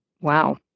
Wow